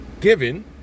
given